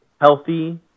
healthy